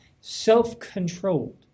self-controlled